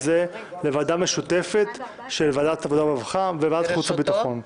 את זה לוועדה משותפת של ועדת העבודה והרווחה וועדת החוץ והביטחון.